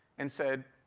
and said,